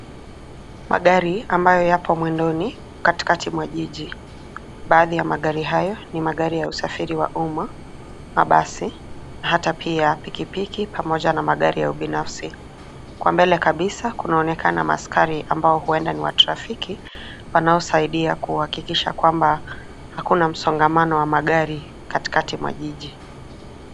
Magari ambayo yapo mwendoni katikati mwa jiji. Baadhi ya magari hayo ni magari ya usafiri wa umma, mabasi na hata pia pikipiki pamoja na magari ya kibinafsi. Mbele kabisa kunaonekana maaskari ambao huenda ni wa trafiki, wanaosaidia kuhakikisha kwamba hakuna msongamano wa magari katikati mwa jiji.